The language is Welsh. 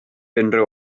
unrhyw